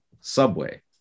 subway